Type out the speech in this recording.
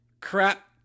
crap